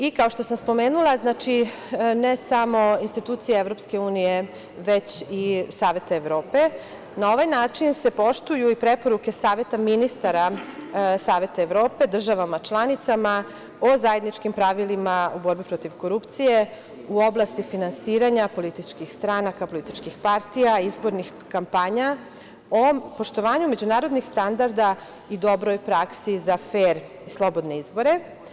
I kao što sam spomenula, znači ne samo institucija EU, već i Saveta Evrope, na ovaj način se poštuju i preporuke Saveta ministara Saveta Evrope, državama članicama o zajedničkim pravilima o borbi protiv korupcije u oblasti finansiranja, političkih stranaka, političkih partija, izbornih kampanja o poštovanju međunarodnih standarda i dobroj praksi za „fer“ slobodne izbore.